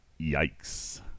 Yikes